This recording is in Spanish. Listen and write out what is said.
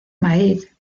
maíz